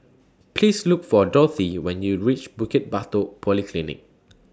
Please Look For Dorthey when YOU REACH Bukit Batok Polyclinic